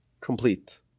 complete